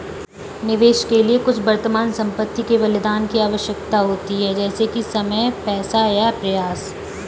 निवेश के लिए कुछ वर्तमान संपत्ति के बलिदान की आवश्यकता होती है जैसे कि समय पैसा या प्रयास